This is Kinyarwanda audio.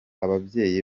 ababyeyi